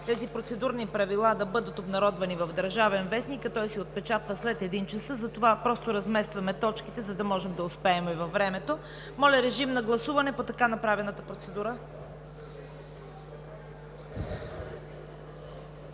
тези Процедурни правила трябва да бъдат обнародвани в „Държавен вестник“, а той се отпечатва след 13,00 ч., затова просто разместваме точките, за да можем да успеем във времето. Моля, режим на гласуване по така направената процедура.